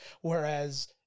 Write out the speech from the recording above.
whereas